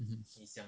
mmhmm